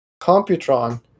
Computron